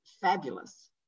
fabulous